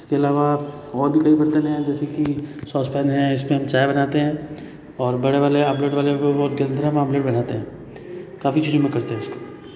इसके अलावा और भी कई बर्तन हैं जैसे कि सॉसपेन है इसमें हम चाय बनाते हैं और बड़े वाले आमलेट वाले के अंदर हम ऑमलेट बनाते हैं काफ़ी चीज़ों में करते हैं इसको